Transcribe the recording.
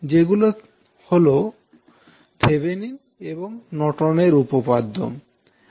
সেগুলো হল থেভেনিন এবং নর্টন এর উপপাদ্যThevenin's and Norton's theorem